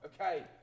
Okay